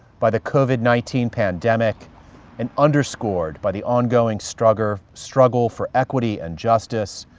by the covid nineteen pandemic and underscored by the ongoing struggle, struggle for equity and justice,